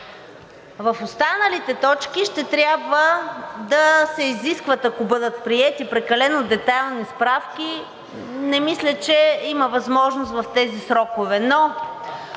В останалите точки ще трябва да се изискват, ако бъдат приети, прекалено детайлни справки. Не мисля, че има възможност в тези срокове. Но